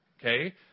okay